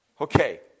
Okay